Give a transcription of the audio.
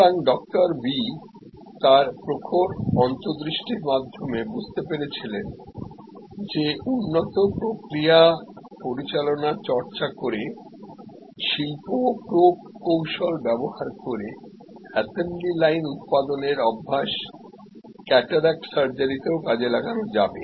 সুতরাং ডক্টর Vতার প্রখর অন্তর্দৃষ্টির মাধ্যমে বুঝতে পেরেছিলেন যে উন্নত প্রক্রিয়া পরিচালনারচর্চা করে শিল্প প্রকৌশল ব্যবহার করে অ্যাসেম্বলি লাইন উৎপাদনের অভ্যাস ক্যাটারাক্ট সার্জারি তেও কাজে লাগানো যাবে